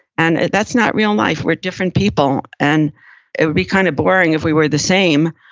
and that's not real life. we're different people. and it would be kind of boring if we were the same.